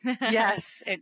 Yes